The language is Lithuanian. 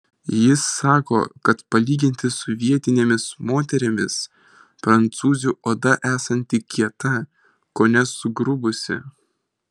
jis sako kad palyginti su vietinėmis moterimis prancūzių oda esanti kieta kone sugrubusi